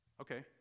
Okay